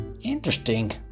Interesting